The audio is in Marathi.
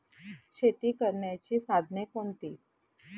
शेती करण्याची साधने कोणती?